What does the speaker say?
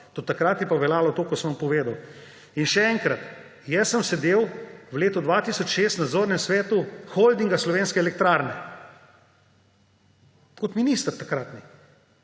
do takrat je pa veljalo to, kar sem vam povedal. In še enkrat, jaz sem sedel v letu 2006 v nadzornem svetu Holdinga Slovenske elektrarne kot minister takratni.